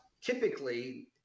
typically